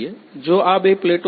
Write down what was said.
જો આ બે પ્લેટો જોડાઈ ગઈ છે